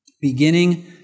beginning